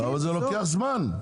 אבל זה לוקח זמן,